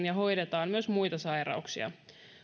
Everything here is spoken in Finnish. ja hoidetaan myös muita sairauksia